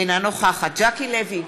אינה נוכחת ז'קי לוי,